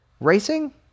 racing